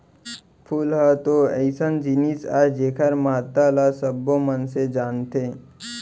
फूल ह तो अइसन जिनिस अय जेकर महत्ता ल सबो मनसे जानथें